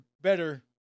better